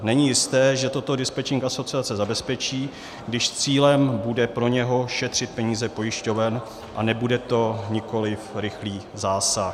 Není jisté, že toto dispečink asociace zabezpečí, když cílem bude pro něj šetřit peníze pojišťoven a nebude to nikoli (?) rychlý zásah.